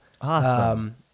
Awesome